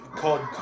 called